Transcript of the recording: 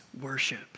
worship